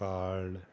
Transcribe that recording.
card